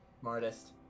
Smartest